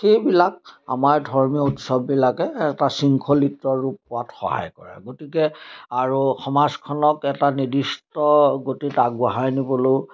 সেইবিলাক আমাৰ ধৰ্মীয় উৎসৱবিলাকে এটা শৃংখলিত ৰূপ পোৱাত সহায় কৰে গতিকে আৰু সমাজখনক এটা নিৰ্দিষ্ট গতিত আগবঢ়াই নিবলৈও